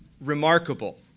remarkable